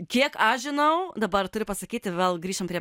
kiek aš žinau dabar turiu pasakyti vėl grįšim prie